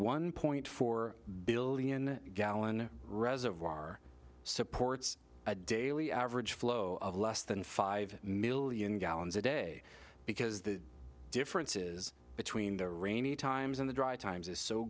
one point four billion gallon reservoir supports a daily average flow of less than five million gallons a day because the differences between the rainy times and the dry times is so